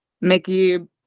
Mickey